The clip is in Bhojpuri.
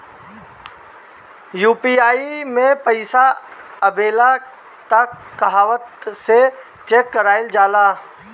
यू.पी.आई मे पइसा आबेला त कहवा से चेक कईल जाला?